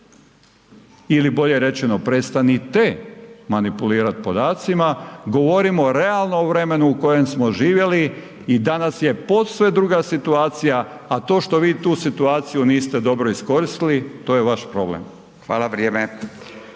ili bolje rečeno, prestanite manipulirati podacima, govorimo o realnom vremenu u kojem smo živjeli i danas je posve druga situacija a to što vi tu situaciju niste dobro iskoristili, to je vaš problem. **Radin,